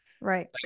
Right